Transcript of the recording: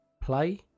play